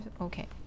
okay